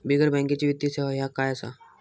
बिगर बँकेची वित्तीय सेवा ह्या काय असा?